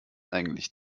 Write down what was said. eigentlich